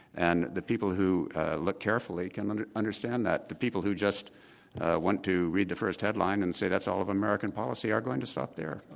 and the people who look carefully can and understand that. the people who just want to read the first headline and say, that's all of american policy are going to stop there.